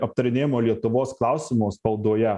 aptarinėjamo lietuvos klausimo spaudoje